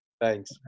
Thanks